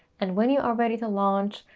and when you are ready to launch,